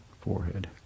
forehead